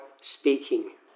speaking